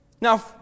Now